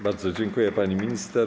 Bardzo dziękuję, pani minister.